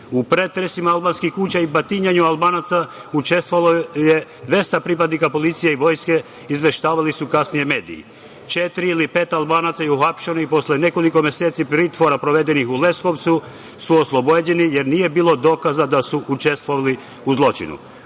U pretresima albanskih kuća i batinanju Albanaca učestvovalo je 200 pripadnika policije i vojske, izveštavali su kasnije mediji. Četiri ili pet Albanaca je uhapšeno i posle nekoliko meseci pritvora provedenih u Leskovcu su oslobođeni, jer nije bilo dokaza da su učestvovali u zločinu.U